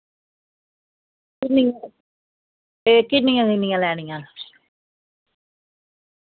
एह् किन्नियां किन्नियां लैनियां न